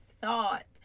thought